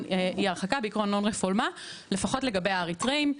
non-refoulement לפחות לגבי האריתראים.